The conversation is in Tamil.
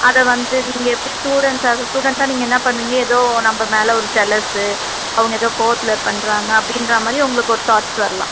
அதை வந்து நீங்கள் எப்படி ஸ்டூடண்ஸாக அதை ஸ்டூடண்ட்டாக நீங்கள் என்ன பண்ணுவீங்க ஏதோ நம்ம மேலே ஒரு ஜலஸ்ஸு அவங்க ஏதோ கோவத்தில் பண்ணுறாங்க அப்படின்றா மாதிரி உங்களுக்கு ஒரு தாட்ஸ் வரலாம்